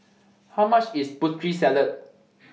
How much IS Putri Salad